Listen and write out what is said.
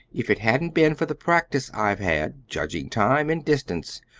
if it hadn't been for the practice i've had judging time and distance,